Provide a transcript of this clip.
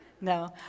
No